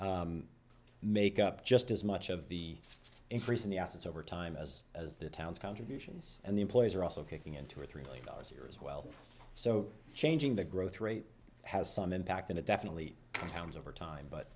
make up just as much of the increase in the assets over time as as the town's contributions and the employees are also kicking in two or three billion dollars a year as well so changing the growth rate has some impact and it definitely pounds over time but